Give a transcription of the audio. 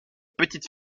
petite